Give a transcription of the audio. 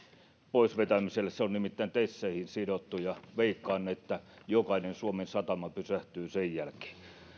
poisvetämiselle se on nimittäin teseihin sidottu ja veikkaan että jokainen suomen satama pysähtyisi sen jälkeen